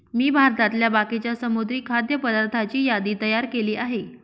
मी भारतातल्या बाकीच्या समुद्री खाद्य पदार्थांची यादी तयार केली आहे